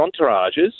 entourages